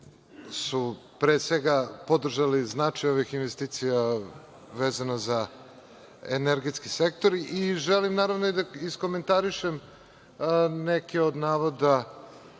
su pre svega podržali značaj ovih investicija vezano za energetski sektor. Želim naravno i da iskomentarišem neke od navoda